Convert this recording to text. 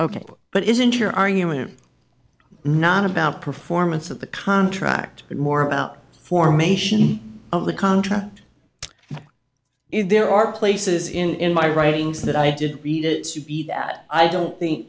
ok but isn't your argument not about performance of the contract but more about the formation of the contract if there are places in in my writings that i did read it should be that i don't think